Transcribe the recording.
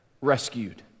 rescued